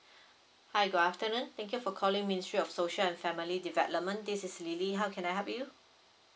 hi good afternoon thank you for calling ministry of social and family development this is lily how can I help you